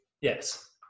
Yes